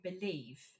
believe